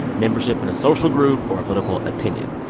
membership in a social group or a political opinion.